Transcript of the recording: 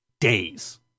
days